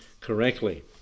correctly